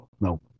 No